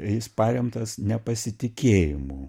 tai jis paremtas nepasitikėjimu